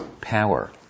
power